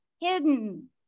hidden